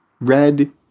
Red